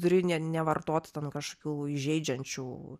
turi ne nevartot ten kašokių įžeidžiančių